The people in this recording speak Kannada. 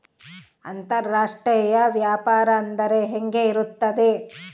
ಅಂತರಾಷ್ಟ್ರೇಯ ವ್ಯಾಪಾರ ಅಂದರೆ ಹೆಂಗೆ ಇರುತ್ತದೆ?